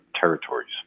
territories